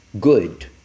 good